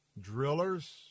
drillers